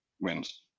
wins